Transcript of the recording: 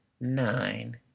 nine